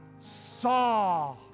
saw